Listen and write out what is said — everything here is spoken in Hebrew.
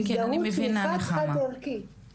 הזדהות היא חד חד ערכית.